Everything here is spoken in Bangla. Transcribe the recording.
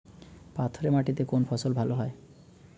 পাথরে মাটিতে কোন ফসল ভালো হয়?